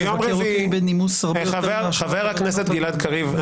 מבקר אותי בנימוס הרבה יותר --- חבר הכנסת גלעד קריב,